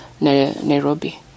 Nairobi